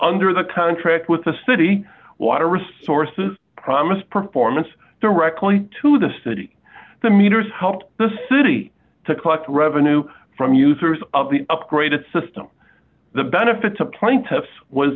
under the contract with the city water resources promised performance directly to the city the meters helped the city to collect revenue from users of the upgraded system the benefit to plaintiffs was